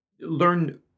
learn